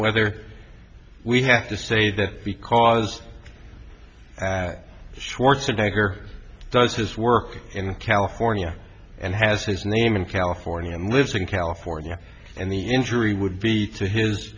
whether we have to say that because schwarzer decker does his work in california and has his name in california and lives in california and the injury would be to his